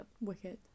wicked